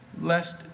lest